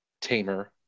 Tamer